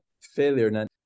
failure